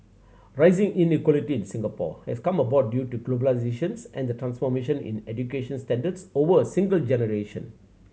rising inequality in Singapore has come about due to globalisation and the transformation in education standards over a single generation